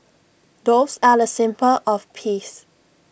doves are A symbol of peace